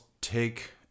take